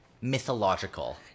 mythological